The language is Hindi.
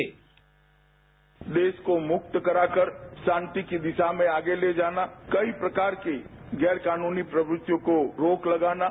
साउंड बाईट देश को मुक्त करा कर शांति की दिशा में आगे ले जाना कई प्रकार की गैर कानूनी प्रवृत्तियों को रोक लगाना